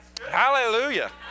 Hallelujah